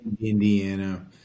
Indiana